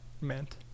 meant